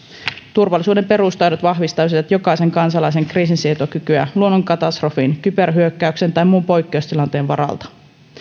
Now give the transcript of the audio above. turvallisuuden perustaidot vahvistaisivat jokaisen kansalaisen kriisinsietokykyä luonnonkatastrofin kyberhyökkäyksen tai muun poikkeustilanteen varalta